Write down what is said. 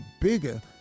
bigger